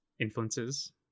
influences